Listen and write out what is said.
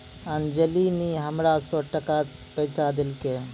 अंजली नी हमरा सौ टका पैंचा देलकै